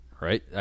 right